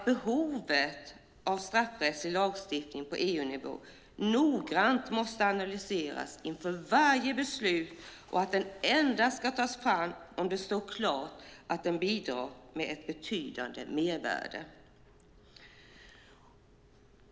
Behovet av straffrättslig lagstiftning på EU-nivå måste noggrant analyseras inför varje beslut, och den ska tas fram endast om det står klart att den bidrar med ett betydande mervärde.